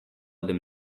them